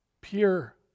pure